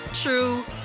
true